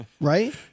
right